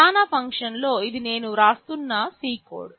ప్రధాన ఫంక్షన్లో ఇది నేను వ్రాస్తున్న C కోడ్